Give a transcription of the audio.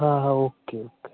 हां हां okay okay